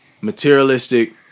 materialistic